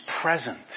present